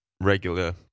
regular